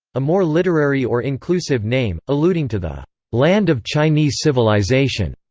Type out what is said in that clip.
a more literary or inclusive name, alluding to the land of chinese civilization,